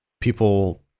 people